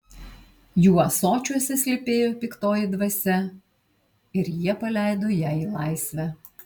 jų ąsočiuose slypėjo piktoji dvasia ir jie paleido ją į laisvę